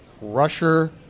Rusher